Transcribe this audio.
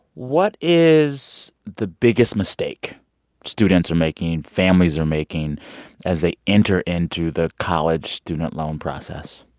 what is the biggest mistake students are making, families are making as they enter into the college student loan process?